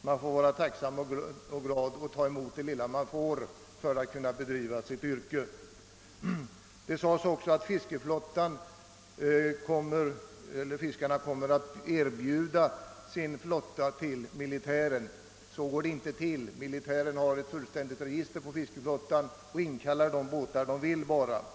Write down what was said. Man får vara tacksam och glad och ta emot det lilla man får för att kunna bedriva sitt yrke. Det sades även att fiskarna kommer att erbjuda sin flotta till militären. Så går det inte till. Militärmyndigheterna har ett fullständigt register på fiskeflottan och inkallar efter eget bestämmande vilka båtar de vill.